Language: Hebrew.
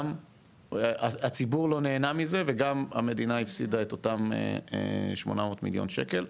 גם הציבור לא נהנה מזה וגם המדינה הפסידה את אותם 800 מיליון שקל,